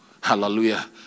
Hallelujah